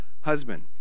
husband